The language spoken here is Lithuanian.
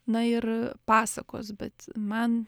na ir pasakos bet man